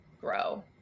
grow